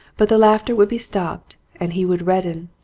but the laughter would be stopped, and he would redden,